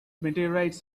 meteorites